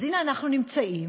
אז הנה, אנחנו נמצאים